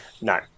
No